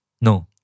No